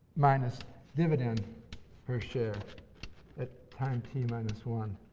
minus dividend per share at time t minus one